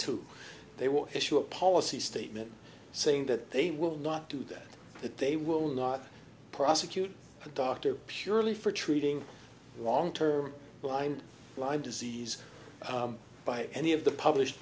to they will issue a policy statement saying that they will not do that that they will not prosecute a doctor purely for treating long term blind lyme disease by any of the published